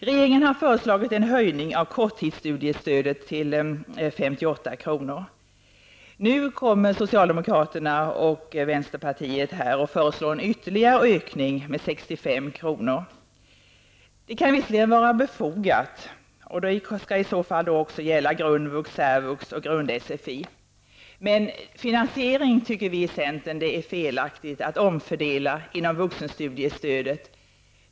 Regeringen har föreslagit en höjning av korttidsstudiestödet till 58 kr. Nu föreslår socialdemokraterna och vänsterpartiet en ytterligare höjning till 65 kr. Det kan visserligen vara befogat. Det skall i så fall också gälla grundvux, servux och grund-sfi. Men finansieringen tycker vi i centern är felaktig. Man skall inte omfördela inom vuxenstudiestödet.